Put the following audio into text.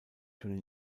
schon